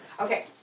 Okay